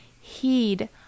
Heed